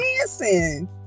dancing